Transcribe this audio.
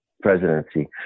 presidency